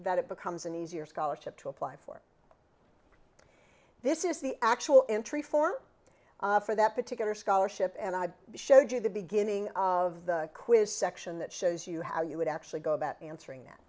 that it becomes an easier scholarship to apply for this is the actual entry form for that particular scholarship and i showed you the beginning of the quiz section that shows you how you would actually go about answering